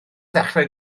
ddechrau